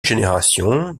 génération